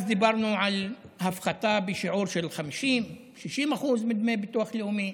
אז דיברנו על הפחתה בשיעור 50% 60% מדמי הביטוח הלאומי,